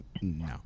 No